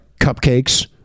cupcakes